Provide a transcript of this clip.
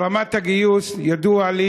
ברמת הגיוס, ידוע לי